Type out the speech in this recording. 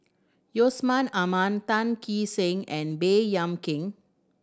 Yusman Aman Tan Kee Sen and Baey Yam Keng